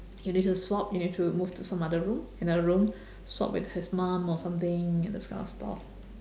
you need to swap you need to move to some other room another room swap with his mum or something those kind of stuff